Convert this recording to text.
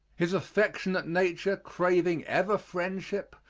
his affectionate nature, craving ever friendship,